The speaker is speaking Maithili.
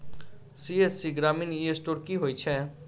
सी.एस.सी ग्रामीण ई स्टोर की होइ छै?